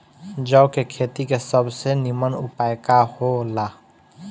जौ के खेती के सबसे नीमन उपाय का हो ला?